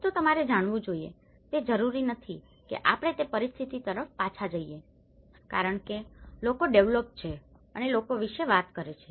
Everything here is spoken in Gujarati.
એકતો તમારે જાણવું જોઈએ તે જરૂરી નથી કે આપણે તે પરિસ્થિતિ તરફ પાછા જઈએ કારણ કે લોકો ડેવેલોપ્ડ છે અને લોકો વિશે વાત કરે છે